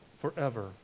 forever